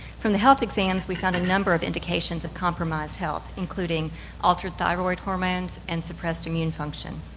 from the health exams we found a number of indications of compromised health, including altered thyroid hormones and suppressed immune function.